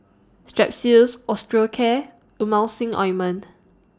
Strepsils Osteocare Emulsying Ointment